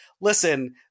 listen